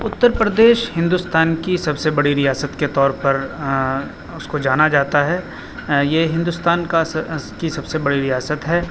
اتر پردیش ہندوستان کی سب سے بڑی ریاست کے طور پر اس کو جانا جاتا ہے یہ ہندوستان کا کی سب سے بڑی ریاست ہے